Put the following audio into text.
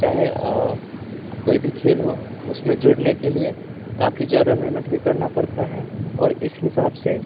चाहे कोई भी खेल हो उसमें जुड़ने के लिए काफ़ी ज़्यादा मेहनत भी करना पड़ता है और इस हिसाब से